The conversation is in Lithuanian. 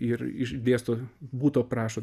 ir išdėsto buto prašo